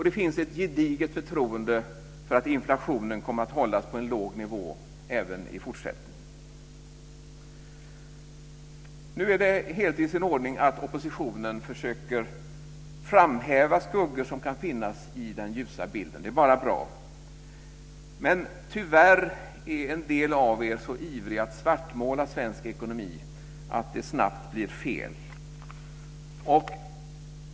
Det finns ett gediget förtroende för att inflationen kommer att hållas på en låg nivå även i fortsättningen. Det är helt i sin ordning att oppositionen försöker framhäva skuggor som kan finnas i den ljusa bilden. Det är bara bra. Men tyvärr är en del av er så ivriga att svartmåla svensk ekonomi att det snabbt blir fel.